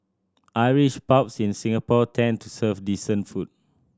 Irish pubs in Singapore tend to serve decent food